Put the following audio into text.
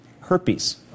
Herpes